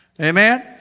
Amen